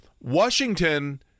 Washington